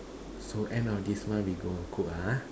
so end of this month we go cook ah